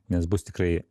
nes bus tikrai